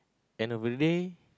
end of the day